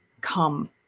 come